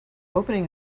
opening